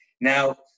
Now